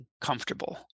comfortable